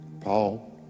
Paul